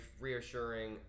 reassuring